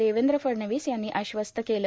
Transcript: देवेंद्र फडणवीस यांनी आश्वस्त केलं